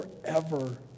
forever